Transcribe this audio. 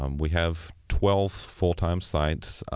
um we have twelve full-time sites.